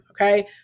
okay